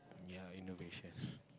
ya innovations